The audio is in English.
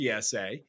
PSA